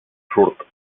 surt